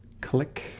Click